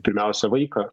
pirmiausia vaiką